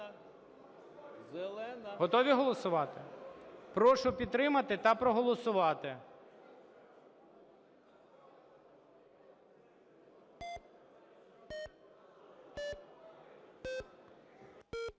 Готові голосувати? Прошу підтримати та проголосувати.